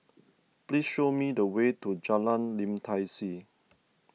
please show me the way to Jalan Lim Tai See